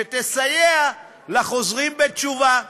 שתסייע לחוזרים בתשובה.